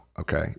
Okay